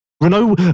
Renault